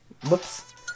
Whoops